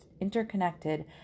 interconnected